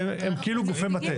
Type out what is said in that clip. הם כאילו גופי מטה.